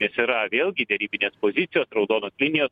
nes yra vėlgi derybinės pozicijos raudonos linijos